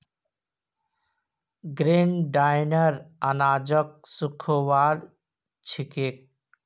grain dryer अनाजक सुखव्वार छिके